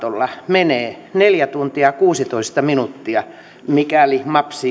menee neljä tuntia kuusitoista minuuttia mikäli mapsiin on luottaminen